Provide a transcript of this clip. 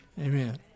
Amen